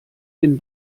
bin